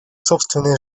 собственной